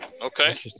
Okay